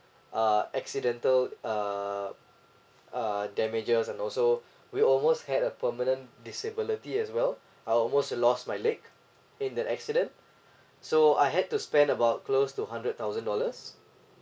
uh accidental err uh damages and also we almost had a permanent disability as well I almost lost my leg in that accident so I had to spend about close to hundred thousand dollars